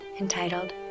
entitled